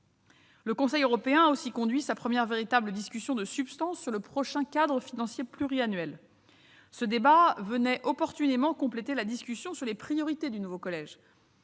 Le Conseil européen a aussi conduit sa première véritable discussion substantielle sur le prochain cadre financier pluriannuel, dit CFP. Ce débat venait opportunément compléter la discussion sur les priorités du nouveau collège.